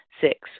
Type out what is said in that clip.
Six